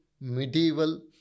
medieval